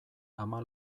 ama